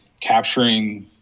capturing